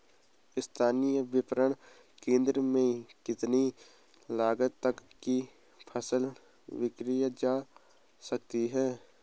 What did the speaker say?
स्थानीय विपणन केंद्र में कितनी लागत तक कि फसल विक्रय जा सकती है?